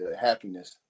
happiness